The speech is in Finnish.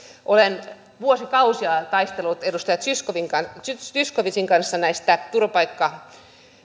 olen vuosikausia taistellut edustaja zyskowiczin kanssa näistä turvapaikka